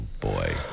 boy